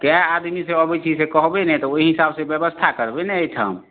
कै आदमी से अबै छी से कहबै ने तऽ ओहि हिसाब से बेबस्था करबै ने एहिठाम